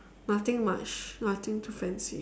nothing much nothing too fancy